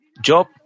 Job